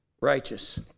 righteous